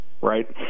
Right